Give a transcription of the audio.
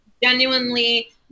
genuinely